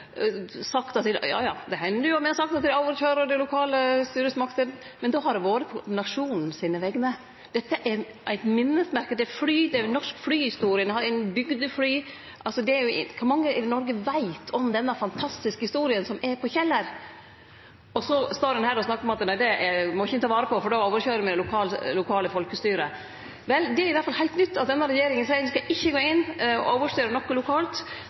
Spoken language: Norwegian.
sagt noko til dette – ja, ja, det har hendt ein har sagt at ein køyrer over dei lokale styresmaktene, men då har det vore på vegner av nasjonen. Dette er eit minnesmerke – det er fly, det er norsk flyhistorie, ein bygde fly. Kor mange i Noreg veit om den fantastiske historia som er på Kjeller? Og så står ein her og snakkar om at nei, dette må ein ikkje ta vare på, for då køyrer ein over det lokale folkestyret. Det er i alle fall heilt nytt at denne regjeringa seier ein ikkje skal gå inn og overstyre noko lokalt.